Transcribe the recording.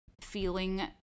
feeling